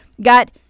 got